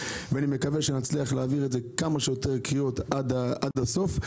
ואני מקווה שנצליח להעביר את זה בכמה שיותר קריאות עד הסוף.